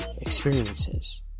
experiences